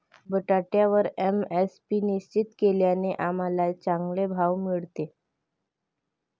बटाट्यावर एम.एस.पी निश्चित केल्याने आम्हाला चांगले भाव मिळाले